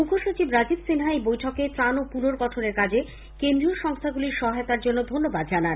মুখ্য সচিব রাজীব সিনহা এই বৈঠকে ত্রাণ ও পুনর্গঠনএর কাজে কেন্দ্রীয় সংস্থাগুলির সহায়তার জন্য ধন্যবাদ জানান